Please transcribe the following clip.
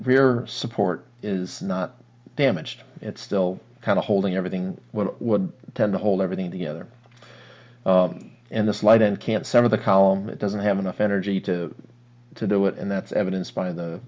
rear support is not damaged it's still kind of holding everything would tend to hold everything together in this light and can some of the column it doesn't have enough energy to to do it and that's evidenced by the